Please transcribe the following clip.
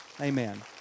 Amen